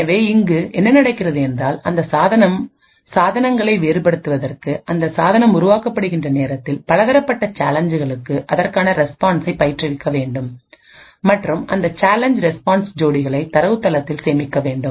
எனவே இங்கு என்ன நடக்கிறது என்றால்அந்த சாதனங்களை வேறுபடுத்துவதற்கு அந்த சாதனம் உருவாக்கப்படுகின்ற நேரத்தில்பலதரப்பட்ட சேலஞ்ச்களுக்குஅதற்கான ரெஸ்பான்சை பயிற்றுவிக்க வேண்டும் மற்றும் அந்த சேலஞ்ச் ரெஸ்பான்ஸ் ஜோடிகளை தரவுத்தளத்தில் சேமிக்கவேண்டும்